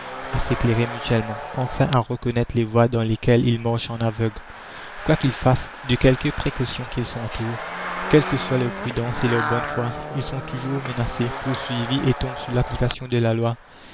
à s'éclairer mutuellement enfin à la commune reconnaître les voies dans lesquelles ils marchent en aveugles quoi qu'ils fassent de quelques précautions qu'ils s'entourent quelles que soient leur prudence et leur bonne foi ils sont toujours menacés poursuivis et tombent sous l'application de la loi